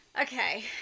Okay